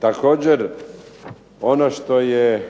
Također ono što je